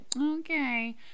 okay